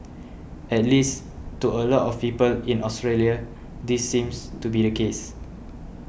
at least to a lot of people in Australia this seems to be the case